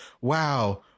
wow